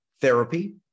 therapy